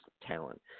talent